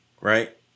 right